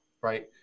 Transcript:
right